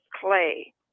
clay